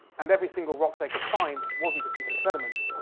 and every single rock they could find wasn't a piece of sediment,